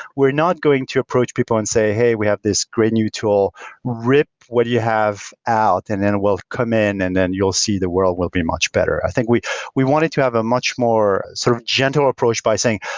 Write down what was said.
we're not going to approach people and say, hey, we have this great new tool rip. what do you have out? and then we'll come in and then you'll see the world will be much better. i think we we wanted to have a much more sort of gentle approach by saying,